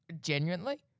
Genuinely